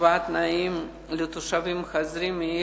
השוואת תנאים לתושבים חוזרים,